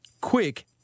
quick